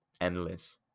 endless